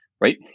right